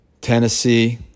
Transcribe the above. Tennessee